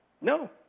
No